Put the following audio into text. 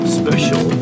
special